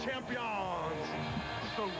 Champions